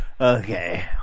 Okay